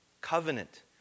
Covenant